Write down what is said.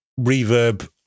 reverb